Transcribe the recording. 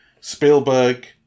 Spielberg